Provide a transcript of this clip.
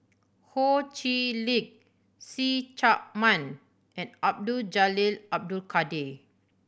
Ho Chee Lick See Chak Mun and Abdul Jalil Abdul Kadir